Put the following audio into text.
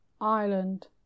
Ireland